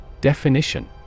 definition